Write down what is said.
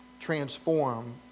transform